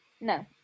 no